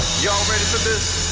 y'all ready for this!